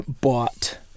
bought